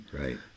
Right